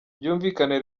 byumvikane